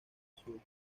azul